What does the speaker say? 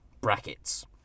brackets